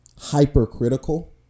hypercritical